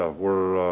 ah we're,